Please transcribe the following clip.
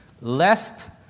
lest